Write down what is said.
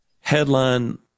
headline